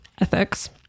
ethics